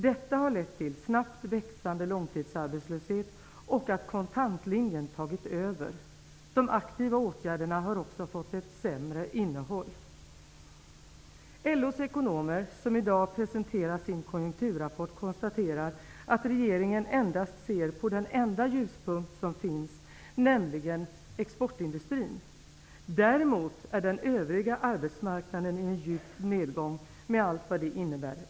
Detta har lett till snabbt växande långtidsarbetslöshet och att kontantlinjen tagit över. De aktiva åtgärderna har också fått ett sämre innehåll. LO:s ekonomer, som i dag presenterar sin konjunkturrapport, konstaterar att regeringen endast ser på den enda ljuspunkt som finns, nämligen exportindustrin. Däremot är den övriga arbetsmarknaden i en djup nedgång med allt vad det innebär.